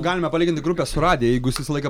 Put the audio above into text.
galima palyginti grupę su radija jeigu jūs visą laiką